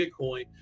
Bitcoin